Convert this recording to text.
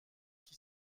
qui